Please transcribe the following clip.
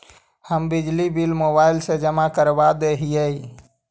हम बिजली bill mobile से जमा करवा देहियै?